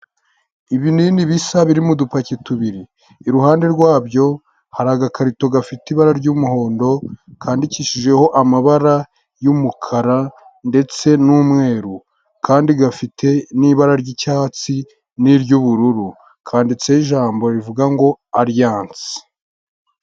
Ibinini bisa biri mu dupaki tubiri, iruhande rwabyo hari agakarito gafite ibara ry'umuhondo kandikishijeho amabara y'umukara ndetse n'umweru kandi gafite n'ibara ry'icyatsi n'iry'ubururu kanditseho ijambo rivuga ngo ariyanse.